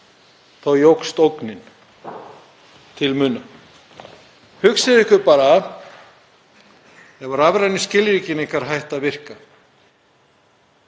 þá jókst ógnin til muna. Hugsið ykkur bara ef rafrænu skilríkin ykkar hætta að virka